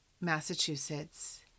Massachusetts